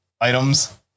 items